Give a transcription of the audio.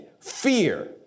fear